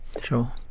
Sure